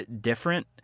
different